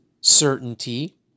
certainty